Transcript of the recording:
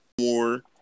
more